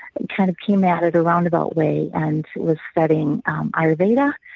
and kind of came at it a roundabout way and was studying ayurveda,